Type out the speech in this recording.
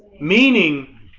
meaning